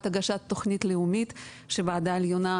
הגשת תוכנית לאומית שהוועדה העליונה,